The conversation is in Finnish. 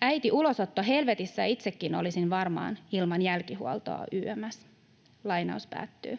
Äiti ulosottohelvetissä ja itsekin varmaan olisin ilman jälkihuoltoa yms.” Ja vielä